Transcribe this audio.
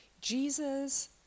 Jesus